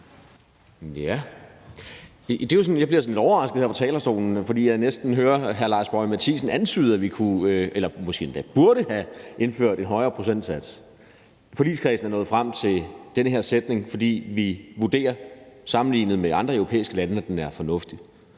jo sådan lidt overrasket her fra talerstolen, fordi jeg næsten hører hr. Lars Boje Mathiesen antyde, at vi kunne eller måske endda burde have indført en højere procentsats. Forligskredsen er nået frem til den her sætning, fordi vi vurderer, at den sammenlignet med andre europæiske lande er fornuftig.